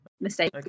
mistake